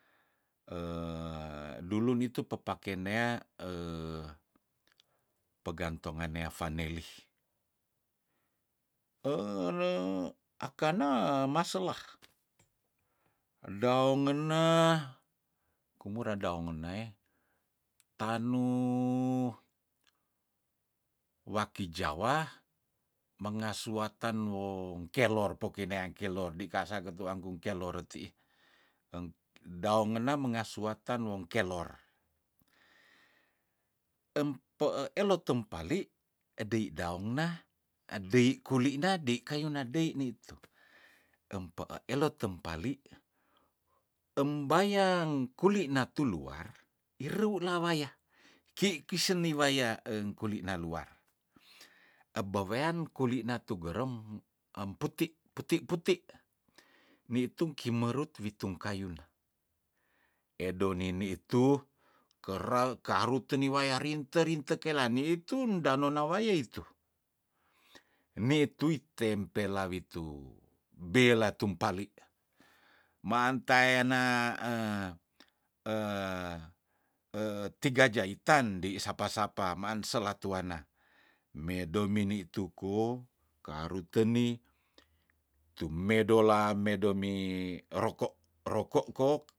dulu nitu pepake nea pengang tongan nea vaneli le akana maselah daong ngena kumura daong ngena eh tanuh waki jawa mengasuatan wong kelor poki neang kelor dikasa ketuang kung kelor ketiih eng daong ngena mengasuatan wong kelor empe eelot tempali edei daong na edei kuli na dei kayuna dei nitu empee elot tempali embayang kuli na tuluar ireu la waya ki kiseni waya eng kuli naluar ebewean kuli natu gerem emputi puti puti nitu king merut witung kayuna edonini itu kera karu teni waya rinte rintek kela niitun danona waya itu nitu itempela witu bela tumpali mantayana tiga jaitan dei sapa sapa mean sela tuanna medomini tuko karu teni tumedola medomi eroko roko ko